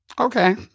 Okay